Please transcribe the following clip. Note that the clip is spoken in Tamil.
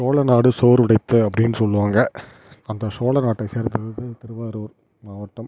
சோழநாடு சோறு உடைத்த அப்படின்னு சொல்லுவாங்கள் அந்த சோழநாட்டை சேர்ந்தது திருவாரூர் மாவட்டம்